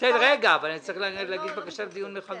בקשה לדיון מחדש.